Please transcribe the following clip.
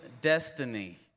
destiny